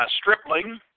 stripling